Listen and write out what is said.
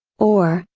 or,